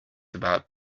about